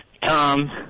Tom